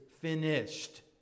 finished